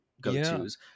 go-tos